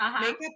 makeup